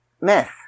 myth